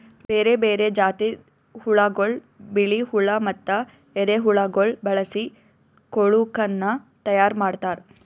ಬೇರೆ ಬೇರೆ ಜಾತಿದ್ ಹುಳಗೊಳ್, ಬಿಳಿ ಹುಳ ಮತ್ತ ಎರೆಹುಳಗೊಳ್ ಬಳಸಿ ಕೊಳುಕನ್ನ ತೈಯಾರ್ ಮಾಡ್ತಾರ್